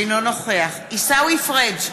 אינו נוכח עיסאווי פריג'